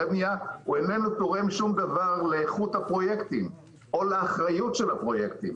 בנייה איננו תורם שום דבר לאיכות הפרויקטים או לאחריות של הפרויקטים.